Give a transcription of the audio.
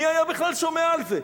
מי היה בכלל שומע על זה,